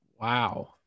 Wow